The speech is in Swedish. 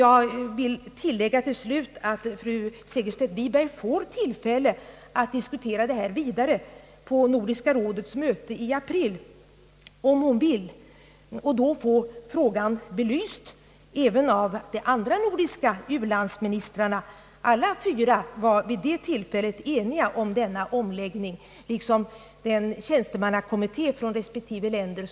Jag vill tillägga att fru Segerstedt Wiberg vid Nordiska rådets möte i april får tillfälle att vidare diskutera detta ämne, om hon vill, och att få frågan belyst även av de övriga nordiska u-landsministrarna. Alla fyra ministrarna var ju eniga om denna omläggning liksom fallet även var med den tjänstemannakommitté som har arbetat med ärendet.